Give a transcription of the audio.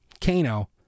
Kano